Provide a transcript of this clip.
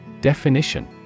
Definition